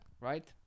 right